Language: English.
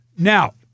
Now